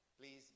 Please